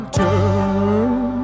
turn